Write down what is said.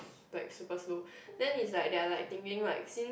like super slow then is like they're like thinking right since